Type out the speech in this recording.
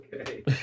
Okay